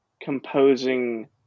composing